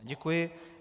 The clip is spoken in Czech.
Děkuji.